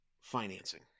financing